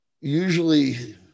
usually